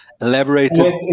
elaborated